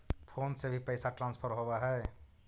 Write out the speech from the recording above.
Phone से भी पैसा ट्रांसफर होवहै?